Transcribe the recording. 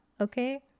okay